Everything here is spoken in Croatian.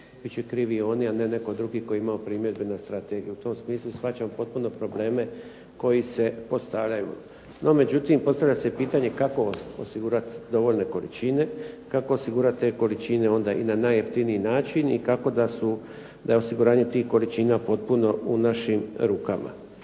će krivi oni, a netko drugi tko je imao primjedbe na strategiju. U tom smislu shvaćam potpuno probleme koji se postavljaju. No, međutim postavlja se pitanje kako osigurati dovoljne količine, kako osigurati te količini na najjeftiniji način i kako da je osiguranje tih količina potpuno u našim rukama.